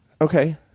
Okay